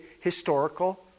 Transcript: historical